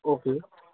okay